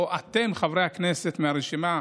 או אתם, חברי הכנסת מהרשימה,